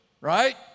right